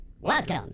Welcome